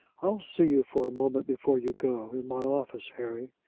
i'll see you for a moment before you go, in my office, harry,